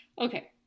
Okay